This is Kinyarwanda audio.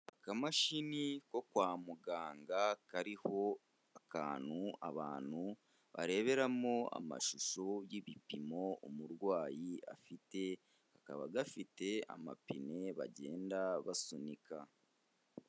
Akamashini ko kwa muganga kariho akantu abantu bareberamo amashusho y'ibipimo umurwayi afite, kakaba gafite amapine bagenda basunika.